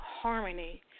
harmony